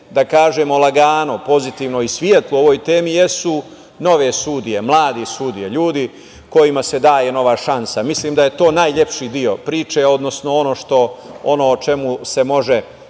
da kažemo lagano, pozitivno i svetlo u ovoj temi, jesu nove sudije, mlade sudije, ljudi kojima se daje nova šansa. Mislim da je to najlepši deo priče, odnosno ono o čemu se može